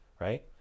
right